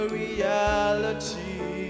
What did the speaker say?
reality